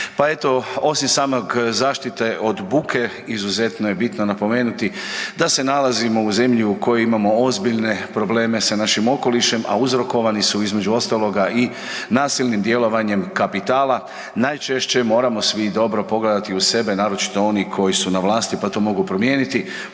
Pa evo, osim samog zaštite od buke izuzetno je bitno napomenuti da se nalazimo u zemlji u kojoj imamo ozbiljne probleme sa našim okolišem, a uzrokovani su između ostaloga i nasilnim djelovanjem kapitala, najčešće moramo svi dobro pogledati u sebe naročito oni koji su na vlasti, pa to mogu promijeniti